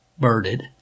birded